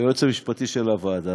היועץ המשפטי של הוועדה,